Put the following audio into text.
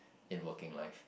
in working life